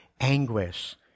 anguish